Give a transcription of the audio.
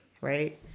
Right